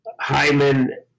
Hyman